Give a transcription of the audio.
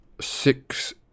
six